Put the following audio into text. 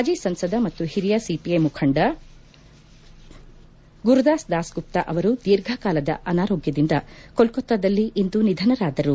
ಮಾಜಿ ಸಂಸದ ಮತ್ತು ಹಿರಿಯ ಸಿಪಿಐ ಮುಖಂಡ ಗುರುದಾಸ್ ದಾಸ್ಗುಪ್ತಾ ಅವರು ದೀರ್ಘಕಾಲದ ಅನಾರೋಗ್ಯದಿಂದ ಕೊಲ್ನೊತ್ತಾದಲ್ಲಿ ಇಂದು ನಿಧನರಾದರು